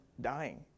dying